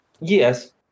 Yes